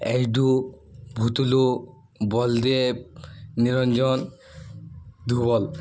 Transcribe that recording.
ଏଡୁ ଭୁତୁଲୁ ବଲଦେବ ନିରଞ୍ଜନ ଧୁବଲ